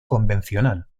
convencional